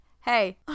Hey